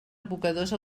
abocadors